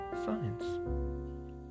science